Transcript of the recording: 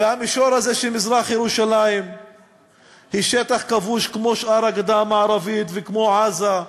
והמישור הוא שמזרח-ירושלים היא שטח כבוש כמו שאר הגדה המערבית וכמו עזה,